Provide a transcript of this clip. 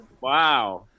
Wow